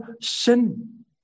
sin